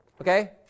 okay